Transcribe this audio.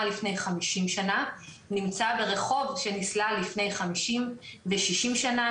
לפני 50 שנה נמצא ברחוב שנסלל לפני 50 ו-60 שנה,